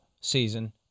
season